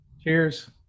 Cheers